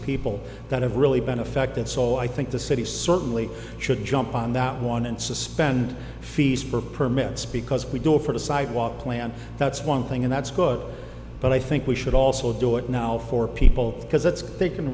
people that have really been affected so i think the city certainly should jump on that one and suspend fees for permits because we do it for the sidewalk plan that's one thing and that's good but i think we should also do it now for people because it's they can